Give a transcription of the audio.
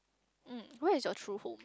mm where is your true home